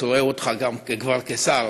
רואה אותך כבר כשר.